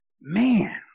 man